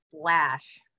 flash